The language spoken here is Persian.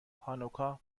هانوکا